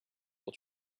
will